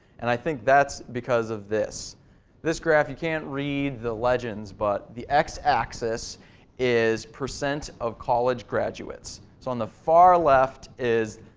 and think that's because of this this graph, you can't read the legions, but the x-axis is percent of college graduates. so on the far left is.